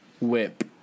Whip